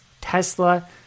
Tesla